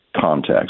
context